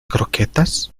croquetas